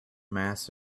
mass